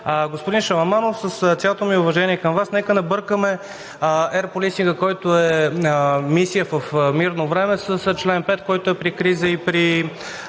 Господин Шаламанов, с цялото ми уважение към Вас, нека не бъркаме Air Policing, който е мисия в мирно време, с член 5, който е при криза и при